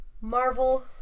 Marvel